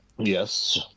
Yes